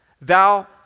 Thou